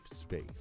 space